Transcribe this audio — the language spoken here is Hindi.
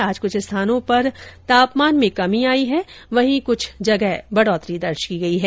आज कुछ स्थानों पर तापमान में कमी आई है वहीं कुछ जगहों पर बढ़ोतरी दर्ज की गई है